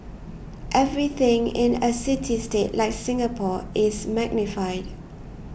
everything in a city state like Singapore is magnified